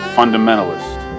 fundamentalist